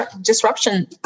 Disruption